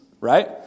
right